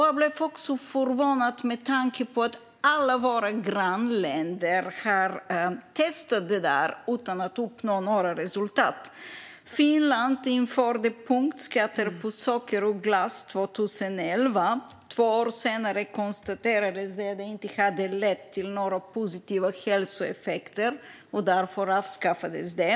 Jag blev också förvånad med tanke på att alla våra grannländer har testat det utan att uppnå några resultat. Finland införde punktskatter på socker och glass 2011. Två år senare konstaterades det att det inte hade lett till några positiva hälsoeffekter, och därför avskaffades det.